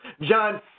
John